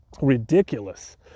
Ridiculous